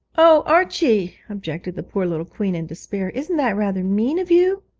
oh, archie objected the poor little queen in despair, isn't that rather mean of you